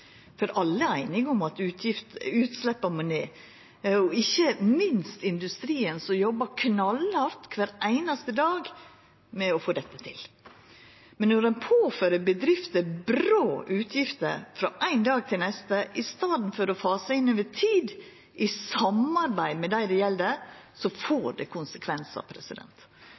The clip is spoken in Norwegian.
for alle er einige om at utsleppa må ned – ikkje minst industrien, som jobbar knallhardt kvar einaste dag med å få dette til. Men når ein påfører bedrifter brå utgifter frå ein dag til neste i staden for å fasa det inn over tid i samarbeid med dei det gjeld, får det konsekvensar.